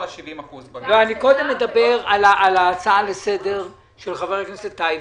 אני קודם מדבר על ההצעה לסדר של חבר הכנסת טייב.